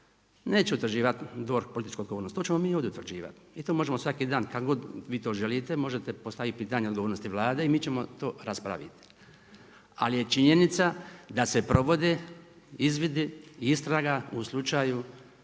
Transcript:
Neće utvrđivati DORH političku odgovornost, to ćemo mi ljudi utvrđivati i to možemo svaki dan, kada god vi to želite, možete postaviti pitanje odgovornosti Vlade i mi ćemo to raspraviti. Ali je činjenica da se provode izvidi i istraga u slučaju